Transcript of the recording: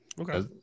Okay